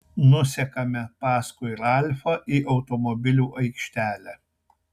nusekame paskui ralfą į automobilių aikštelę